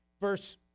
verse